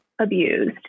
abused